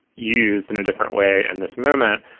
used in a different way. and this moment,